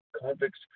Convicts